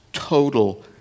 total